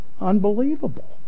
unbelievable